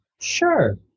Sure